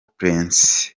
prince